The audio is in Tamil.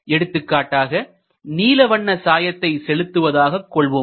எடுத்துக்காட்டாக நீல வண்ண சாயத்தை செலுத்துவதாக கொள்வோம்